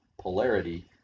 polarity